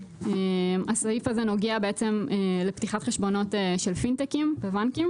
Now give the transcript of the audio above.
הסעיף זה נוגע בעצם לפתיחת חשבונות של פינטקים בבנקים.